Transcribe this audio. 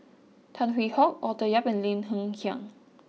Tan Hwee Hock Arthur Yap and Lim Hng Kiang